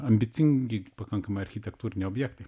ambicingi pakankamai architektūriniai objektai